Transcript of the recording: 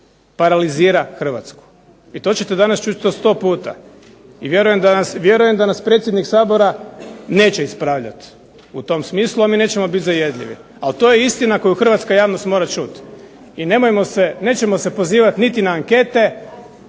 paralizira Hrvatsku. I to ćete danas čuti još 100 puta. I vjerujem da nas predsjednik Sabora neće ispravljati u tom smislu, a mi nećemo biti zajedljivi. Ali to je istina koju hrvatska javnost mora čuti. I nemojmo se, nećemo se pozivati niti na ankete